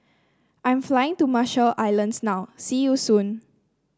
I'm flying to Marshall Islands now see you soon